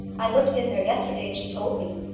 i looked in there yesterday and she told me.